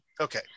Okay